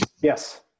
Yes